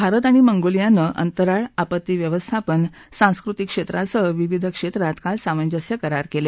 भारत आणि मंगोलियानं अंतराळ आपत्ती व्यवस्थापन सांस्कृतिक क्षेत्रासह विविध क्षेत्रात काल सामंजस्य करार केले